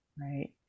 right